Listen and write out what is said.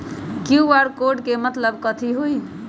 QR code के मतलब कथी होई?